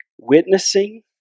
Witnessing